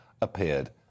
appeared